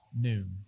noon